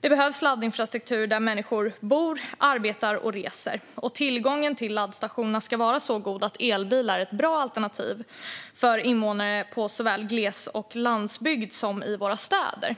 Det behövs laddinfrastruktur där människor bor, arbetar och reser. Tillgången till laddstationer ska vara så god att elbil är ett bra alternativ för invånare såväl i glesbygd och på landsbygd som i våra städer.